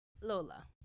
Lola